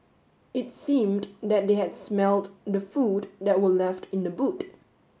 it seemed that they had smelt the food that were left in the boot